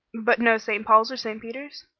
but no st. paul's or st. peter's?